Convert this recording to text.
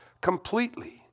completely